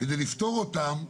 כדי לפתור אותם.